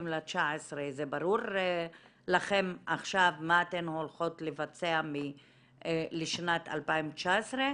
ל-19' זה ברור לכם עכשיו מה אתן הולכות לבצע לשנת 2019?